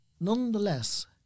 Nonetheless